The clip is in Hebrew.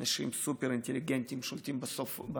הם אנשים סופר-אינטליגנטים, שולטים בשפות.